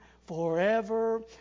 forever